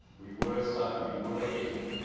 we were stuck, we were getting